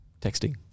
texting